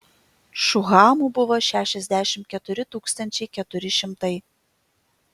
šuhamų buvo šešiasdešimt keturi tūkstančiai keturi šimtai